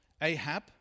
Ahab